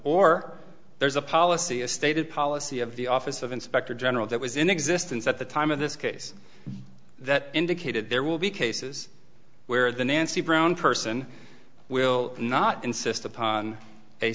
or there's a policy a stated policy of the office of inspector general that was in existence at the time of this case that indicated there will be cases where the nancy brown person will not insist